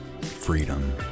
freedom